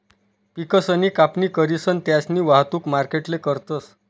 पिकसनी कापणी करीसन त्यास्नी वाहतुक मार्केटले करतस